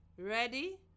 Ready